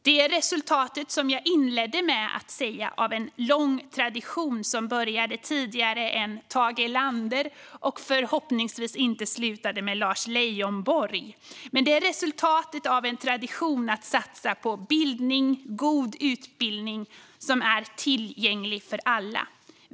Det är, som jag inledde med att säga, resultatet av en lång tradition som började tidigare än Tage Erlander och som förhoppningsvis inte slutade med Lars Leijonborg. Det är resultatet av en tradition av att satsa på bildning och god utbildning som är tillgänglig för alla.